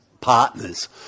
partners